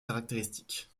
caractéristique